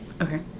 Okay